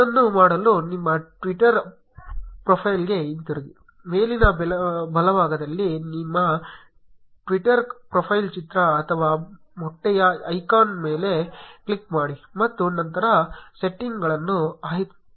ಅದನ್ನು ಮಾಡಲು ನಿಮ್ಮ ಟ್ವಿಟರ್ ಪ್ರೊಫೈಲ್ಗೆ ಹಿಂತಿರುಗಿ ಮೇಲಿನ ಬಲಭಾಗದಲ್ಲಿ ನಿಮ್ಮ ಟ್ವಿಟರ್ ಪ್ರೊಫೈಲ್ ಚಿತ್ರ ಅಥವಾ ಮೊಟ್ಟೆಯ ಐಕಾನ್ ಮೇಲೆ ಕ್ಲಿಕ್ ಮಾಡಿ ಮತ್ತು ನಂತರ ಸೆಟ್ಟಿಂಗ್ಗಳನ್ನು ಆಯ್ಕೆಮಾಡಿ